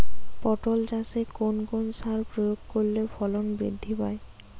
পটল চাষে কোন কোন সার প্রয়োগ করলে ফলন বৃদ্ধি পায়?